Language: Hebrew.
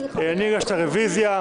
אני הגשתי את הרביזיה,